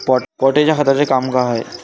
Potash या खताचं काम का हाय?